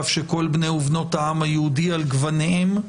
שכל בני ובנות העם היהודי על גווניהם,